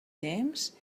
temps